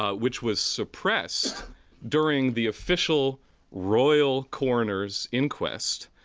ah which was suppressed during the official royal coroner's inquest,